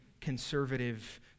conservative